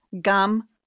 Gum